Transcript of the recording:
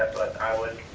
i would